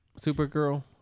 Supergirl